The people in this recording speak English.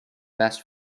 best